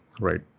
right